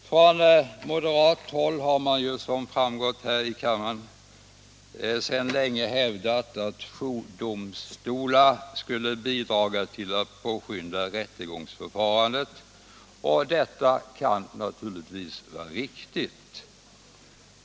Från moderat håll har man — det har framgått av debatten här i kammaren — sedan länge hävdat att jourdomstolar skulle bidra till att påskynda rättegångsförfarandet, och detta kan naturligtvis vara riktigt.